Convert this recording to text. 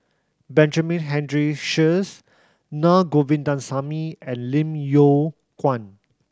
Benjamin Henry Sheares Na Govindasamy and Lim Yew Kuan